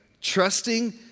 trusting